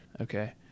Okay